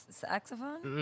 saxophone